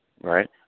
right